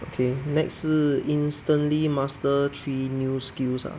okay next 是 instantly master three new skills ah